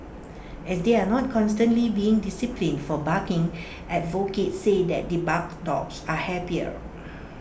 as they are not constantly being disciplined for barking advocates say that debarked dogs are happier